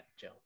Joe